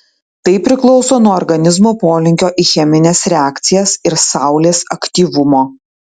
tai priklauso nuo organizmo polinkio į chemines reakcijas ir saulės aktyvumo